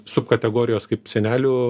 subkategorijos kaip senelių